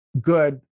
good